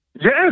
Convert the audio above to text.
Yes